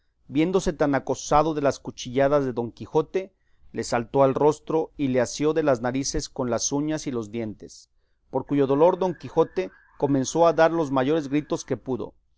viéndose tan acosado de las cuchilladas de don quijote le saltó al rostro y le asió de las narices con las uñas y los dientes por cuyo dolor don quijote comenzó a dar los mayores gritos que pudo